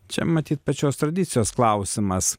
čia matyt pačios tradicijos klausimas